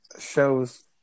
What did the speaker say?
shows